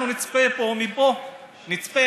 אני מציע,